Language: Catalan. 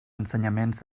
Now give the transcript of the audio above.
ensenyaments